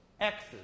x's